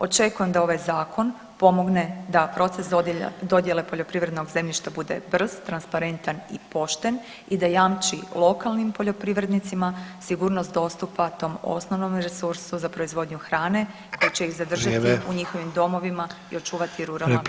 Očekujem da ovaj zakon pomogne da proces dodijele poljoprivrednog zemljišta bude brz, transparentan i pošten i da jamči lokalnim poljoprivrednicima sigurnost dostupa tom osnovnom resursu za proizvodnju hrane koji će ih zadržati [[Upadica: Vrijeme]] u njihovim domovima i očuvati ruralna područja.